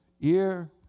ear